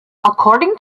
according